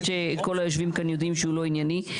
שכל היושבים כאן יודעים שהוא לא ענייני.